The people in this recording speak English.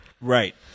right